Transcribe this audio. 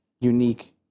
unique